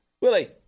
Willie